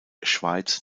schweiz